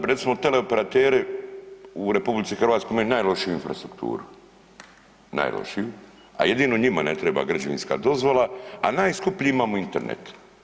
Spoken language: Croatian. Recimo teleoperateri u RH imaju najlošiju infrastrukturu, najlošiju, a jedino njima ne treba građevinska dozvola, a najskuplji imamo internet.